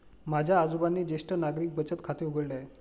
माझ्या आजोबांनी ज्येष्ठ नागरिक बचत खाते उघडले आहे